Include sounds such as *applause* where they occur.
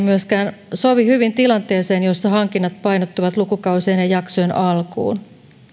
*unintelligible* myöskään sovi hyvin tilanteeseen jossa hankinnat painottuvat lukukausien ja jaksojen alkuun